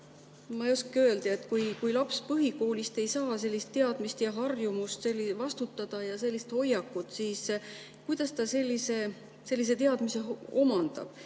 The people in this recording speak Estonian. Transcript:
Ma ei oska öelda, kui laps põhikoolist ei saa sellist teadmist ja harjumust vastutada ja sellist hoiakut, siis kuidas ta sellise teadmise omandab,